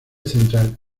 central